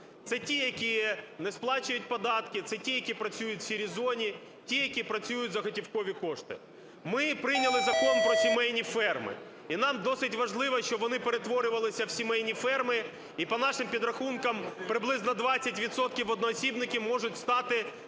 Це ті, які не сплачують податки, це ті, які працюють в "сірій" зоні, ті, які працюють за готівкові кошти. Ми прийняли закон про сімейні ферми і нам досить важливо, щоб вони перетворювалися в сімейні ферми, і по нашим підрахункам приблизно 20 відсотків одноосібників можуть стати